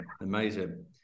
amazing